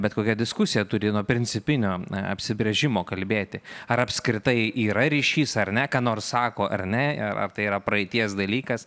bet kokia diskusija turi nuo principinio apsibrėžimo kalbėti ar apskritai yra ryšys ar ne ką nors sako ar ne ar tai yra praeities dalykas